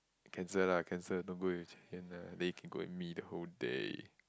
cancel lah cancel don't go already can go with me the whole day